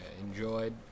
enjoyed